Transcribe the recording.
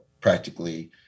practically